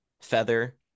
Feather